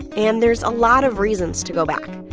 and there's a lot of reasons to go back.